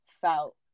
felt